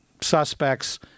suspects